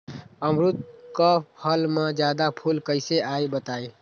अमरुद क फल म जादा फूल कईसे आई बताई?